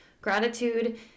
Gratitude